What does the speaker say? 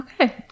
Okay